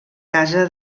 casa